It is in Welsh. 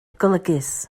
golygus